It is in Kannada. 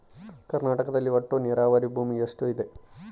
ಕರ್ನಾಟಕದಲ್ಲಿ ಒಟ್ಟು ನೇರಾವರಿ ಭೂಮಿ ಎಷ್ಟು ಇದೆ?